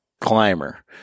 climber